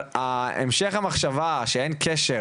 אבל המשך המחשבה שאין קשר